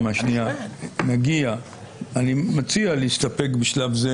אני מציע להסתפק בשלב זה